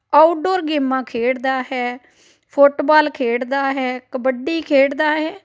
outdoor ਗੇਮਾਂ ਖੇਡਦਾ ਹੈ ਫੁੱਟਬਾਲ ਖੇਡਦਾ ਹੈ ਕਬੱਡੀ ਖੇਡਦਾ ਹੈ